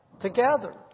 together